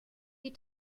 die